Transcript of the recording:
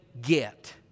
get